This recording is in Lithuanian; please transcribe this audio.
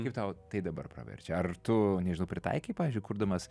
kaip tau tai dabar praverčia ar tu nežinau pritaikei pavyzdžiui kurdamas